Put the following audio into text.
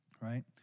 Right